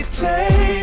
take